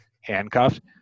handcuffed